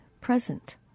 present